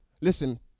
listen